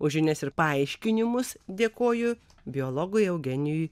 už žinias ir paaiškinimus dėkoju biologui eugenijui